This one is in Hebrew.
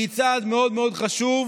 כי היא צעד מאוד מאוד חשוב,